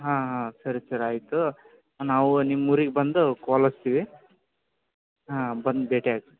ಹಾಂ ಹಾಂ ಸರಿ ಸರಿ ಆಯಿತು ನಾವು ನಿಮ್ಮ ಊರಿಗೆ ಬಂದು ಕಾಲ್ ಹಚ್ತಿವಿ ಹಾಂ ಬಂದು ಭೇಟಿ ಆಗಿ